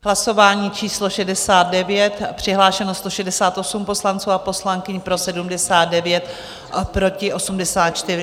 Hlasování číslo 69, přihlášeno 168 poslanců a poslankyň, pro 79, proti 84.